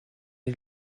est